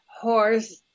horse